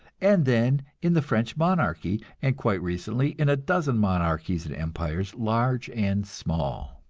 and then in the french monarchy, and quite recently in a dozen monarchies and empires, large and small.